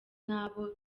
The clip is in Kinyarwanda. nabo